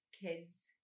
kids